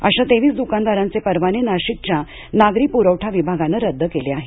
अशा तेवीस द्कानदारांचे परवाने नाशिकच्या नागरी पुरवठा विभागानं रद्द केले आहेत